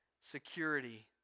security